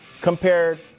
compared